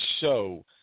show